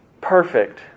perfect